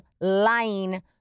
lying